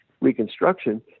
Reconstruction